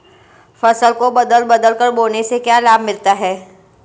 फसल को बदल बदल कर बोने से क्या लाभ मिलता है?